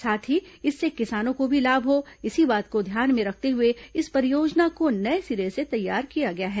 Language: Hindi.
साथ ही इससे किसानों को भी लाभ हो इसी बात को ध्यान में रखते हुए इस परियोजना को नये सिरे से तैयार किया गया है